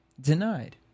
Denied